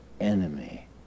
enemy